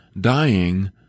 dying